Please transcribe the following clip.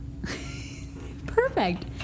Perfect